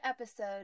episode